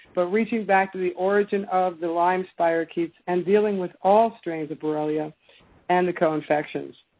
but reaching back to the origin of the lyme spirochetes and dealing with all strains of borrelia and the co-infections.